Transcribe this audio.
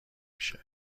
میشه